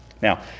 Now